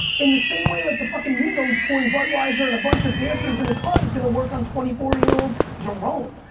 in the same way like the fucking migos pouring budweiser and a bunch of dancers in a club is gonna work on twenty four year old jerome.